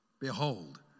Behold